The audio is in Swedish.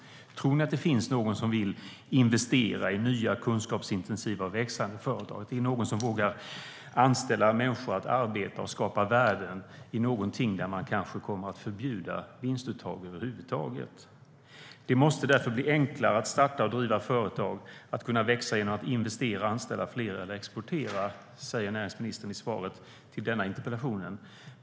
Tror ni att det finns någon som vill investera i nya kunskapsintensiva och växande företag eller någon som vågar anställa människor att arbeta och skapa värden i någonting där man kanske kommer att förbjuda vinstuttag över huvud taget? Det måste därför bli enklare att starta och driva företag, att kunna växa genom att investera och anställa fler eller exportera, säger näringsministern i svaret på denna interpellation.